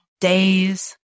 days